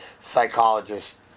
psychologist